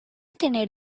tener